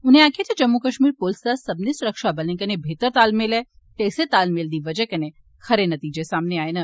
उनें आक्खेआ जे जम्मू कश्मीर पुलस दा सब्बै सुरक्षा बलें कन्नै बेह्तर तालमेल ऐ ते इस्से तालमेल दी बजह कन्नै खरे नतीजे सामने आए न